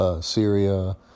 Syria